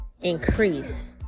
increase